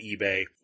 eBay